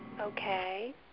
Okay